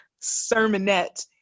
sermonette